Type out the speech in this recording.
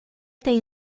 tem